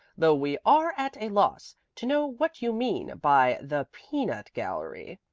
though we are at a loss to know what you mean by the peanut gallery.